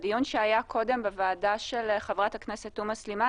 בדיון שהיה קודם בוועדה של חברת הכנסת עאידה תומא סלימאן,